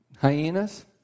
hyenas